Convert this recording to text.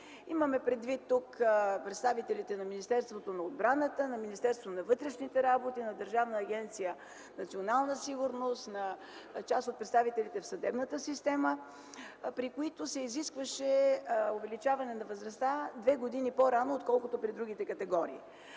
имаме предвид представителите на Министерството на отбраната, на Министерството на вътрешните работи, на Държавна агенция „Национална сигурност”, на част от представителите в съдебната система, при които се изискваше увеличаване на възрастта – две години по-рано, отколкото при другите категории.